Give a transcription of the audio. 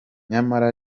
nyamara